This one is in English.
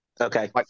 Okay